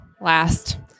last